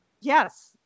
Yes